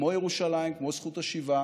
כמו ירושלים, כמו זכות השיבה,